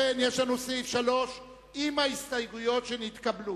אנחנו עוברים להצבעה על סעיף 3 עם ההסתייגויות שנתקבלו.